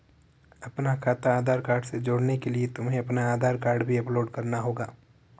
अपना खाता आधार कार्ड से जोड़ने के लिए तुम्हें अपना आधार कार्ड भी अपलोड करना होगा